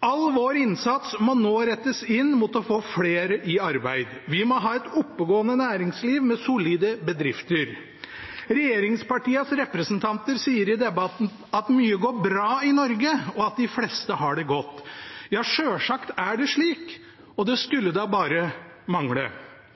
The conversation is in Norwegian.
All vår innsats må nå rettes inn mot å få flere i arbeid. Vi må ha et oppegående næringsliv med solide bedrifter. Regjeringspartienes representanter sier i debatten at mye går bra i Norge, og at de fleste har det godt. Ja, selvsagt er det slik, og det skulle da bare mangle.